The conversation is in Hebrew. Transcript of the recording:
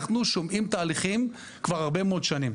אנחנו שומעים תהליכים כבר הרבה מאוד שנים.